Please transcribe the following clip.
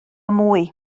mwy